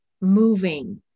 moving